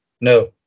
No